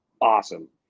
awesome